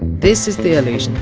this is the allusionist,